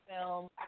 film